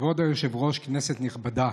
כבוד היושב-ראש, כנסת נכבדה,